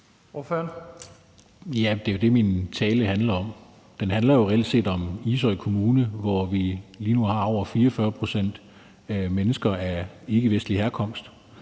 Larsen (LA): Det var jo det, min tale handlede om. Den handlede reelt set om Ishøj Kommune, hvor vi lige nu har over 44 pct. mennesker af ikkevestlig herkomst.